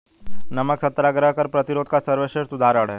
नमक सत्याग्रह कर प्रतिरोध का सर्वश्रेष्ठ उदाहरण है